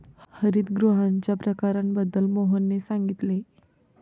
हरितगृहांच्या प्रकारांबद्दल मोहनने सांगितले